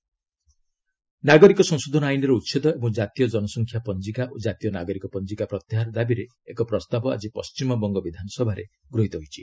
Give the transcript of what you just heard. WB assembly CAA ନାଗରିକ ସଂଶୋଧନ ଆଇନ୍ର ଉଚ୍ଛେଦ ଏବଂ ଜାତୀୟ ଜନସଂଖ୍ୟା ପଞ୍ଜିକା ଓ ଜାତୀୟ ନାଗରିକ ପଞ୍ଜିକା ପ୍ରତ୍ୟାହାର ଦାବିରେ ଏକ ପ୍ରସ୍ତାବ ଆଜି ପଣ୍ଟିମବଙ୍ଗ ବିଧାନସଭାରେ ଗୃହିତ ହୋଇଛି